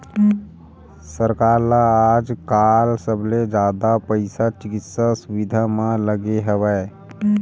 सरकार ल आजकाल सबले जादा पइसा चिकित्सा सुबिधा म लगे हवय